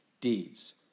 deeds